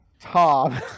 Tom